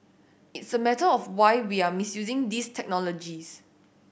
it's a matter of why we are misusing these technologies